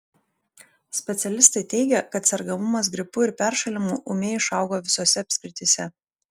specialistai teigia kad sergamumas gripu ir peršalimu ūmiai išaugo visose apskrityse